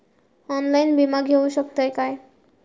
Online विमा घेऊ शकतय का?